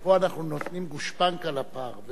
פה אנחנו נותנים גושפנקה לפער.